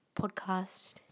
podcast